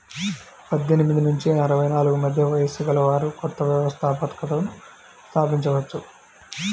పద్దెనిమిది నుంచి అరవై నాలుగు మధ్య వయస్సు గలవారు కొత్త వ్యవస్థాపకతను స్థాపించవచ్చు